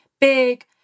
big